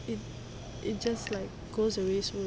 it it just like goes away soon